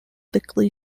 thickly